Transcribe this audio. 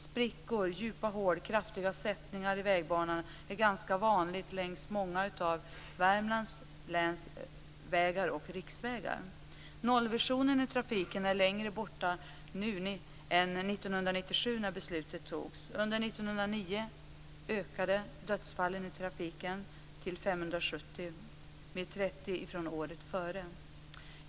Sprickor, djupa hål, kraftiga sättningar i vägbanan är ganska vanligt längs många av Värmlands länsvägar och riksvägar. Nollvisionen i trafiken är längre borta nu än år 1997 när beslutet fattades. Under år 1999 ökade dödsfallen i trafiken till 570, dvs. med 30 personer från året före.